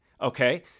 okay